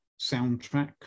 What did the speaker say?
soundtrack